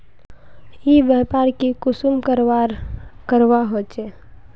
ई व्यापार की कुंसम करवार करवा होचे?